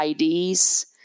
IDs